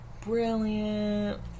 brilliant